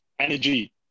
Energy